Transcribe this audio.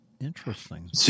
Interesting